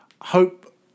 Hope